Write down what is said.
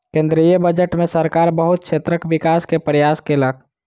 केंद्रीय बजट में सरकार बहुत क्षेत्रक विकास के प्रयास केलक